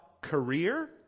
career